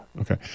Okay